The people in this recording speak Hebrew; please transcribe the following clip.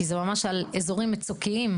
כי זה ממש על אזורים מצוקיים,